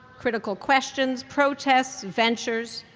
critical questions, protests, ventures.